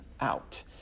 out